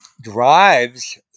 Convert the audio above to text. drives